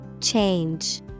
Change